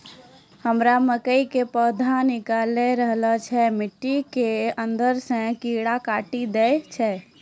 हमरा मकई के पौधा निकैल रहल छै मिट्टी के अंदरे से कीड़ा काटी दै छै?